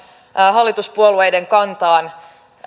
hallituspuolueiden kantaan